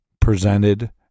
presented